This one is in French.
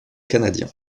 canadien